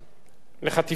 למה מתגעגעים?